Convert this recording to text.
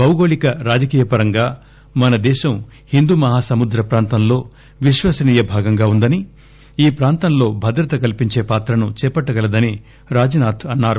భౌగోళిక రాజకీయ పరంగా మన దేశం హిందూ మహాసముద్ర ప్రాంతంలో విశ్వసనీయ భాగంగా ఉందని ఈ ప్రాంతంలో భద్రత కల్పించే పాత్రను చేపట్టగలదని రాజ్ నాథ్ అన్నారు